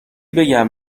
بگم